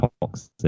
toxic